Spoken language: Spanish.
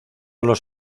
los